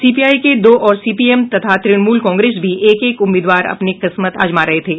CPI के दो और सीपीएम तथा तृणमूल कांग्रेस भी एक एक उम्मीदवार अपनी किस्मत आजमा रहे थे